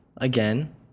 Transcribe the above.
again